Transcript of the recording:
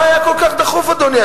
מה היה כל כך דחוף, אדוני?